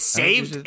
saved